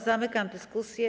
Zamykam dyskusję.